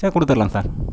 sir கொடுத்தர்லாம் sir